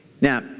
Now